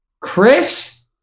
Chris